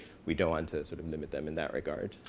we don't want to sort of limit them in that regard.